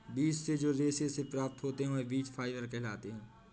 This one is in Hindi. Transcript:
बीज से जो रेशे से प्राप्त होते हैं वह बीज फाइबर कहलाते हैं